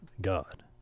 God